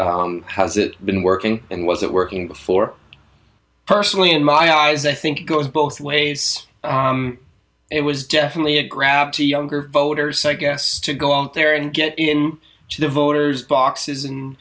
pot has it been working and was it working before personally in my eyes i think it goes both ways it was definitely a grab to younger voters i guess to go out there and get in to the voters boxes and